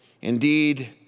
Indeed